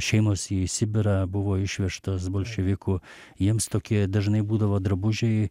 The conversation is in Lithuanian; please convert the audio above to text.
šeimos į sibirą buvo išvežtos bolševikų jiems tokie dažnai būdavo drabužiai